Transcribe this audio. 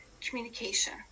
communication